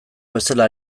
bezala